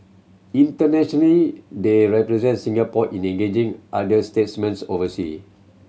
internationally they represent Singapore in engaging other statesmen oversea